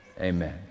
Amen